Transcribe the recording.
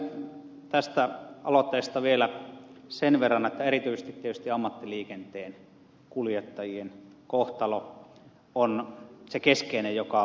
toteaisin tästä aloitteesta vielä sen verran että erityisesti tietysti ammattiliikenteen kuljettajien kohtalo on se keskeinen asia joka tässä itseäni mietityttää